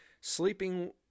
sleeping